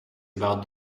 about